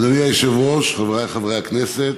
אדוני היושב-ראש, חבריי חברי הכנסת,